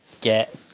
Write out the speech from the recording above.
get